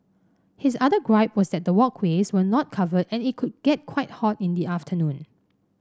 his other gripe was that the walkways were not covered and it could get quite hot in the afternoon